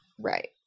right